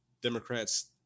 Democrats